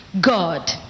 god